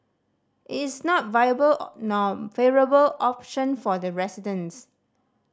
it is not viable or nor favourable option for the residents